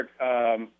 Mark